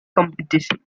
competition